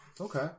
Okay